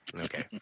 Okay